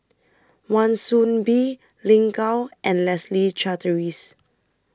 Wan Soon Bee Lin Gao and Leslie Charteris